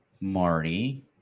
Marty